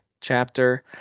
chapter